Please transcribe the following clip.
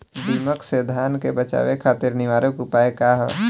दिमक से धान के बचावे खातिर निवारक उपाय का ह?